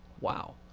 wow